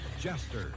Jester